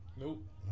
Nope